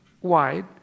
wide